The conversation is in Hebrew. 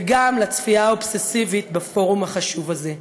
וגם לצפייה האובססיבית בפורום החשוב הזה".